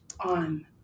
on